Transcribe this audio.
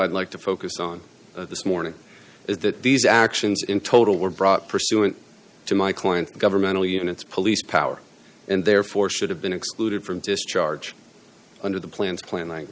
i'd like to focus on this morning is that these actions in total were brought pursuant to my client governmental units police powers and therefore should have been excluded from discharge under the plans plan l